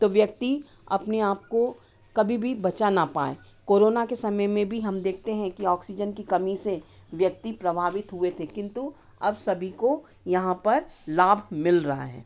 तो व्यक्ति अपने आपको कभी भी बचा ना पाए कोरोना के समय में भी हम देखते हैं कि ऑक्सीजन की कमी से व्यक्ति प्रभावित हुए थे किन्तु अब सभी को यहाँ पर लाभ मिल रहा है